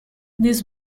this